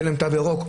שאין להם תו ירוק,